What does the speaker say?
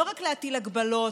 לא רק להטיל הגבלות,